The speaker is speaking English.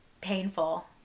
painful